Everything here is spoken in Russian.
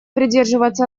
придерживаться